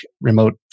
remote